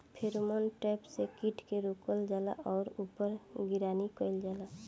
Pheromone trap से कीट के रोकल जाला और ऊपर निगरानी कइल जाला?